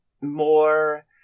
more